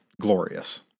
glorious